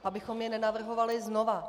Abychom je nenavrhovali znovu.